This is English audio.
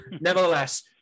nevertheless